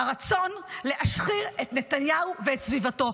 הרצון להשחיר את נתניהו ואת סביבתו.